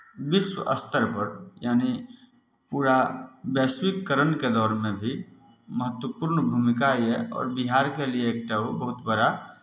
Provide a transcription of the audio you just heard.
विश्व स्तरपर यानि पूरा वैश्वीकरणके दौरमे भी महत्वपूर्ण भूमिका यए आओर बिहारके लिए एकटा ओ बहुत बड़ा